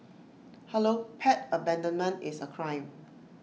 hello pet abandonment is A crime